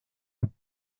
tierra